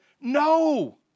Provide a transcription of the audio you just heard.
no